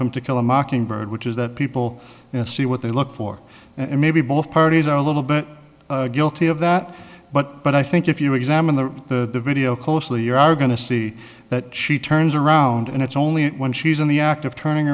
from to kill a mockingbird which is that people see what they look for and maybe both parties are a little bit guilty of that but but i think if you examine the video closely you are going to see that she turns around and it's only when she's in the act of turning